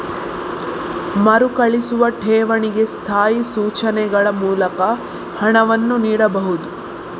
ಮರುಕಳಿಸುವ ಠೇವಣಿಗೆ ಸ್ಥಾಯಿ ಸೂಚನೆಗಳ ಮೂಲಕ ಹಣವನ್ನು ನೀಡಬಹುದು